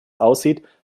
aussieht